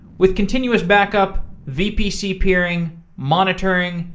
with continuous back-up, vpc peering, monitoring,